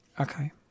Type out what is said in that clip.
Okay